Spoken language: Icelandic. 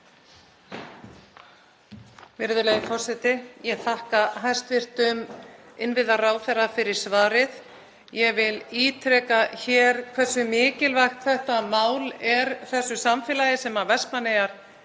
Virðulegi forseti. Ég þakka hæstv. innviðaráðherra fyrir svarið. Ég vil ítreka hér hversu mikilvægt þetta mál er þessu samfélagi sem Vestmannaeyjar